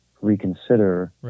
reconsider